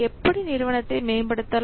எப்படி நிறுவனத்தை மேம்படுத்தலாம்